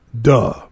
Duh